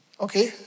okay